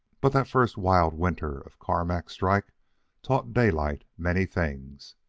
but that first wild winter of carmack's strike taught daylight many things.